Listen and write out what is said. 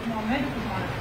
nuo medikų žmonės